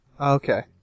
Okay